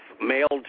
mailed